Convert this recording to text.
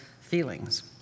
feelings